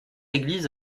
église